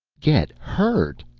get hurt!